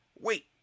Wait